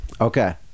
Okay